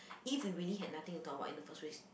if we had really nothing to talk about in the first place